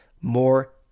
more